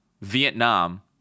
vietnam